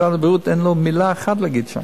משרד הבריאות אין לו מלה אחת להגיד שם,